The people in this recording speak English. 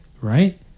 right